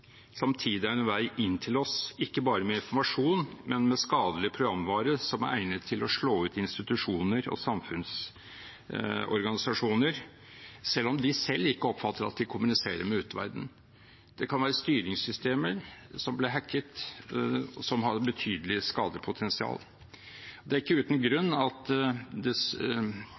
samtidig er en vei inn til oss, ikke bare med informasjon, men med skadelig programvare som er egnet til å slå ut institusjoner og samfunnsorganisasjoner, selv om de selv ikke oppfatter at de kommuniserer med utenverdenen. Det kan være styringssystemer som blir hacket som har et betydelig skadepotensial. Det er ikke uten grunn at